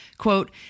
Quote